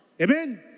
Amen